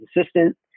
assistant